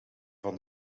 van